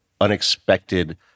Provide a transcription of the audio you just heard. unexpected